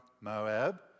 Moab